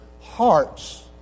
hearts